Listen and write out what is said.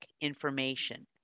information